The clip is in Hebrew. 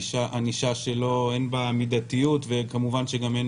ענישה שאין בה מידתיות וכמובן שגם אין